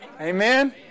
Amen